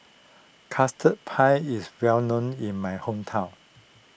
Custard Pie is well known in my hometown